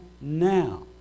now